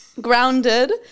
grounded